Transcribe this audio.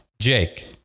Jake